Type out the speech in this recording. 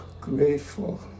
grateful